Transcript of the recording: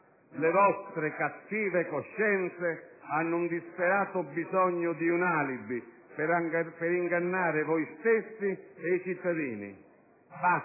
Le vostre cattive coscienze hanno un disperato bisogno di un alibi per ingannare voi stessi e i cittadini.